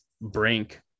Brink